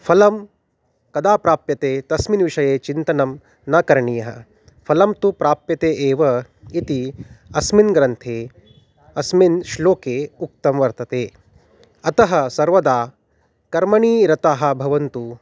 फलं कदा प्राप्यते तस्मिन् विषये चिन्तनं न करणीयः फलं तु प्राप्यते एव इति अस्मिन् ग्रन्थे अस्मिन् श्लोके उक्तं वर्तते अतः सर्वदा कर्मणि रताः भवन्तु